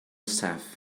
staff